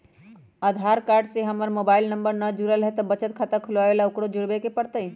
आधार card से हमर mobile number न जुरल है त बचत खाता खुलवा ला उकरो जुड़बे के पड़तई?